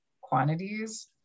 quantities